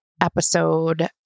episode